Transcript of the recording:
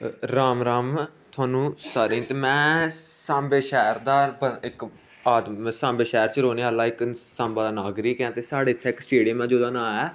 राम राम थोआनूं सारें गी ते में साम्बे शैह्र दा बं इक आद साम्बे शैह्र च रौह्ने आह्ला इक साम्बा दा नागरिक ऐं ते साढ़े इत्थै इक स्टेडियम ऐ जेह्दा नांऽ ऐ